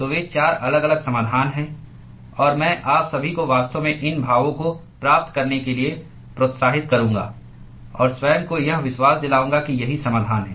तो वे चार अलग अलग समाधान हैं और मैं आप सभी को वास्तव में इन भावों को प्राप्त करने के लिए प्रोत्साहित करूंगा और स्वयं को यह विश्वास दिलाऊंगा कि यही समाधान है